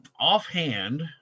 Offhand